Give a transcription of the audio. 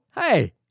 Hey